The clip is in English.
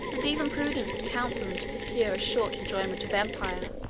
and even prudence would counsel them to secure a short enjoyment of empire,